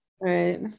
Right